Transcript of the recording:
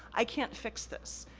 i can't fix this.